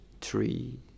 three